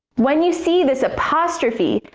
when you see this apostrophe,